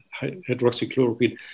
hydroxychloroquine